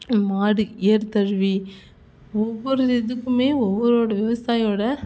மாடு ஏறு தழுவி ஒவ்வொரு இதுக்குமே ஒவ்வொரோடய விவசாயோடய